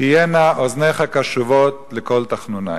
תהיינה אזניך קשֻבות לקול תחנוני,